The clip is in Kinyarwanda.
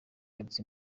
yarutse